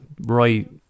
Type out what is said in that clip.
right